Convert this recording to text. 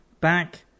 Back